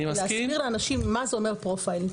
להסביר לאנשים מה זה אומר פרופיילינג.